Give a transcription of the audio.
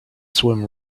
swim